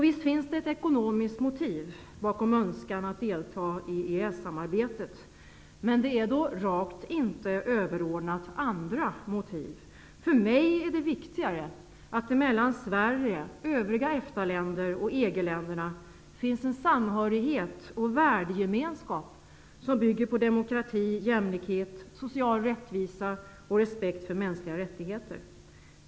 Visst finns det ett ekonomiskt motiv bakom önskan att delta i EES-samarbetet -- men det är då rakt inte överordnat andra motiv. För mig är det viktigare att det mellan Sverige, övriga EFTA-länder och EG länderna finns en samhörighet och värdegemenskap som bygger på demokrati, jämlikhet, social rättvisa och respekt för mänskliga rättigheter.